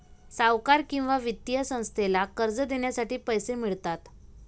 सावकार किंवा वित्तीय संस्थेला कर्ज देण्यासाठी पैसे मिळतात